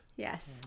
Yes